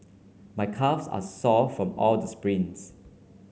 my calves are sore from all the sprints